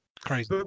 Crazy